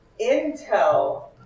intel